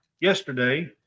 yesterday